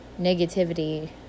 negativity